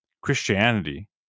Christianity